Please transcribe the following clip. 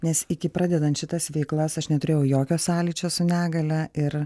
nes iki pradedant šitas veiklas aš neturėjau jokio sąlyčio su negalia ir